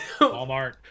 Walmart